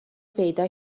پیدا